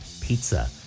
pizza